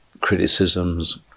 criticisms